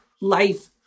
life